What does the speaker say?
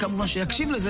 זו כבר פעם שנייה.